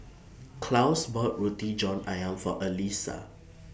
Claus bought Roti John Ayam For Allyssa